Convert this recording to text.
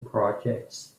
projects